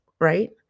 right